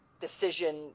decision